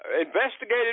investigated